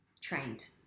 trained